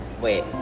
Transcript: Wait